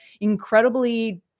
incredibly